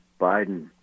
Biden